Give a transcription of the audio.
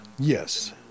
Yes